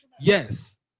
Yes